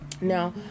Now